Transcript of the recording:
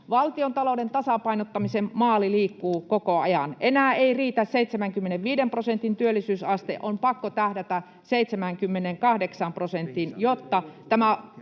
Valtiontalouden tasapainottamisen maali liikkuu koko ajan. Enää ei riitä 75 prosentin työllisyysaste. On pakko tähdätä 78 prosenttiin, jotta tämän